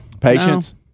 Patience